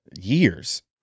years